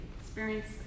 experience